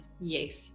yes